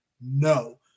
No